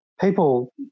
people